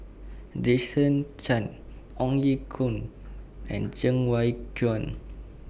Jason Chan Ong Ye Kung and Cheng Wai Keung